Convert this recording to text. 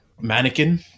Mannequin